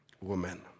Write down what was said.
Woman